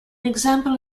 example